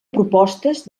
propostes